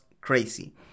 crazy